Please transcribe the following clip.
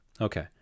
Okay